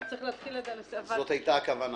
כי צריך להתחיל --- זאת הייתה הכוונה.